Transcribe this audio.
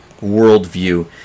worldview